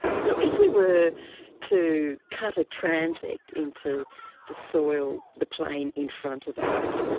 so if we were to cut a transect into the soil, the plain in front of us,